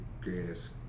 greatest